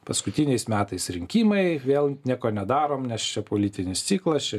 paskutiniais metais rinkimai vėl nieko nedarom nes čia politinis ciklas čia